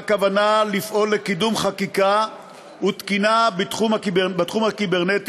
בהחלטות הממשלה הובעה כוונה לפעול לקידום חקיקה ותקינה בתחום הקיברנטי,